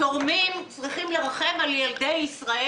תורמים צריכים לרחם על ילדי ישראל?